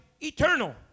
eternal